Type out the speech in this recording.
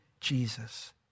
Jesus